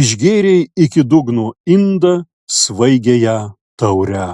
išgėrei iki dugno indą svaigiąją taurę